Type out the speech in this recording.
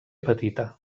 petita